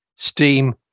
steam